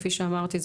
כפי שאמרתי,